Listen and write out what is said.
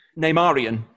Neymarian